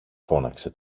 φώναξε